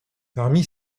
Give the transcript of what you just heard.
parmi